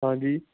ਹਾਂਜੀ